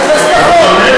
אז קדימה,